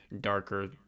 darker